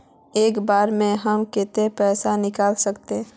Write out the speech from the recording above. एक बार में हम केते पैसा निकल सके?